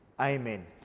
Amen